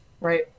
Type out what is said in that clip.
right